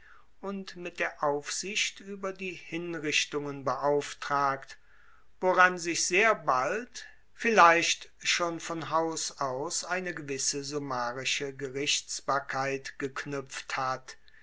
und mit der aufsicht ueber die hinrichtungen beauftragt woran sich sehr bald vielleicht schon von haus aus eine gewisse summarische gerichtsbarkeit geknuepft hat